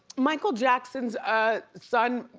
michael jackson's son,